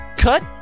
Cut